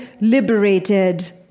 liberated